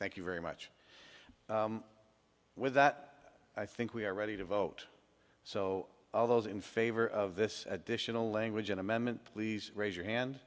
thank you very much with that i think we are ready to vote so all those in favor of this additional language an amendment please raise your hand